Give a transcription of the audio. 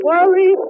Worry